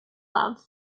love